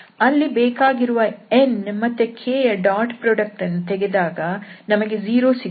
ಅಲ್ಲಿ ಬೇಕಾಗಿರುವ n ಮತ್ತು k ಯ ಡಾಟ್ ಪ್ರೊಡಕ್ಟ್ ಅನ್ನು ತೆಗೆದಾಗ ನಮಗೆ 0 ಸಿಗುತ್ತದೆ